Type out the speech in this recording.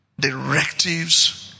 Directives